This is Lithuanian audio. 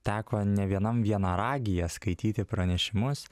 teko ne vienam vienaragyje skaityti pranešimus